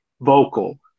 vocal